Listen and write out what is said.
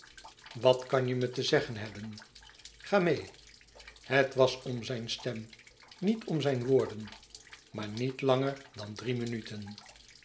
wat kan je me te zeggen hebben ga meê het was om zijne stem niet om zijn woorden maar niet langer dan drie minuten